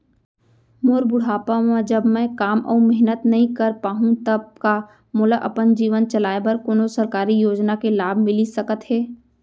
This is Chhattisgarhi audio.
मोर बुढ़ापा मा जब मैं काम अऊ मेहनत नई कर पाहू तब का मोला अपन जीवन चलाए बर कोनो सरकारी योजना के लाभ मिलिस सकत हे?